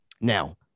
Now